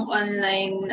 online